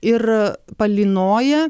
ir palynoja